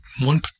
one